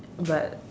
but